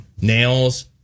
nails